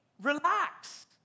Relaxed